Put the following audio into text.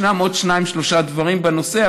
ישנם עוד שניים-שלושה דברים בנושא,